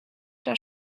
der